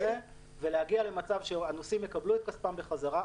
ולהגיע למצב שהנוסעים יקבלו את כספם בחזרה,